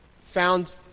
found